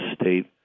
state